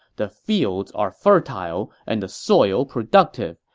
the fields are fertile and the soil productive,